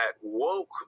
woke